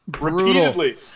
repeatedly